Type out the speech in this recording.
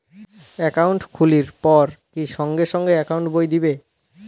Account খুলির পর কি সঙ্গে সঙ্গে একাউন্ট বই দিবে?